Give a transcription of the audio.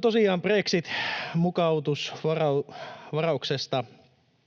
Tosiaan brexit-mukautusvarauksesta